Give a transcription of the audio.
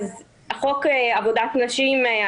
חוק עבודת נשים,